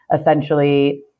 essentially